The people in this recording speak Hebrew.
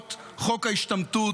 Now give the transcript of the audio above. עקרונות חוק ההשתמטות.